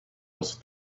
was